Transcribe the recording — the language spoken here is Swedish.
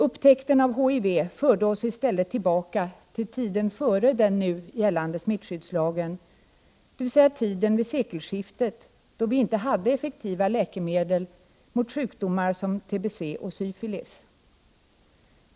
Upptäckten av HIV förde oss i stället tillbaka till tiden före den nu gällande smittskyddslagen, dvs. tiden vid sekelskiftet, då vi inte hade effektiva läkemedel mot sjukdomar som tbc och syfilis.